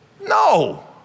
No